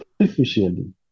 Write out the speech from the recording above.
artificially